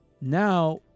now